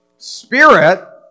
spirit